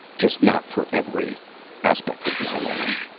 just not for every aspect of my life.